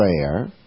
prayer